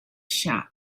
shop